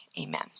Amen